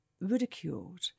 ridiculed